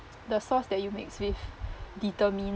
the sauce that you mix with determines